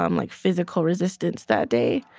um like, physical resistance that day,